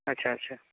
ଆଚ୍ଛା ଆଚ୍ଛା